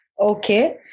Okay